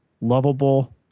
lovable